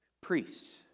priests